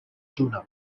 tuna